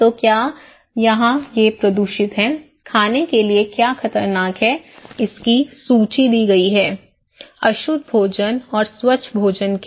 तो यहाँ क्या प्रदूषित है खाने के लिए क्या खतरनाक है इसकी सूची दी गई है अशुद्ध भोजन और स्वच्छ भोजन की